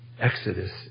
Exodus